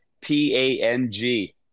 P-A-N-G